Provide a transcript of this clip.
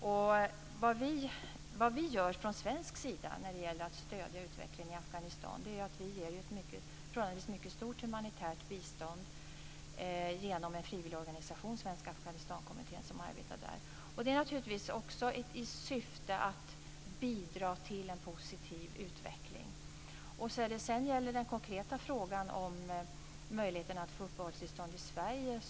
Det vi gör från svensk sida för att stödja utvecklingen i Afghanistan är att vi ger ett förhållandevis mycket stort humanitärt bistånd genom en frivilligorganisation, Svenska Afghanistankommittén, som arbetar där. Det är naturligtvis i syfte att bidra till en positiv utveckling. Sedan var det den konkreta frågan om möjlighet att få uppehållstillstånd i Sverige.